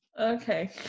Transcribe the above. Okay